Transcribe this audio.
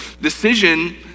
decision